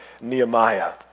Nehemiah